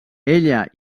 ella